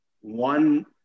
one